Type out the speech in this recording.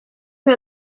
que